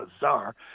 bizarre